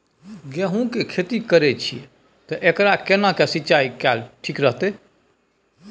गेहूं की खेती करे छिये ते एकरा केना के सिंचाई कैल ठीक रहते?